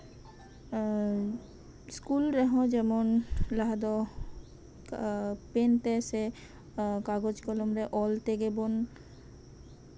school ᱨᱮᱦᱚᱸ ᱡᱮᱢᱚᱱ ᱞᱟᱦᱟ ᱫᱚ ᱚᱱᱠᱟ ᱯᱮᱱ ᱛᱮᱥᱮ ᱠᱟᱜᱚᱡ ᱠᱚᱞᱚᱢ ᱨᱮ ᱚᱞ ᱛᱮᱜᱮ ᱵᱚᱱ